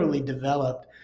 developed